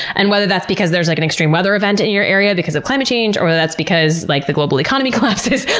and whether that's because there's like an extreme weather event in your area because of climate change, or whether that's because like the global economy collapses,